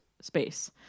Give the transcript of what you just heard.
space